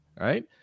right